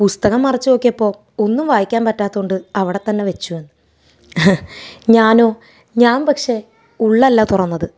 പുസ്തകം മറിച്ച് നോക്കിയപ്പോൾ ഒന്നും വായിക്കാൻ പറ്റാത്തത് കൊണ്ട് അവിടെത്തന്നെ വച്ചു അത് ഞാനോ ഞാൻ പക്ഷേ ഉളളല്ല തുറന്നത്